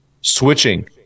switching